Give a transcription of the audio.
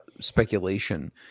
speculation